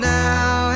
now